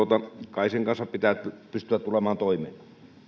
kai sen kanssa pitää pystyä tulemaan toimeen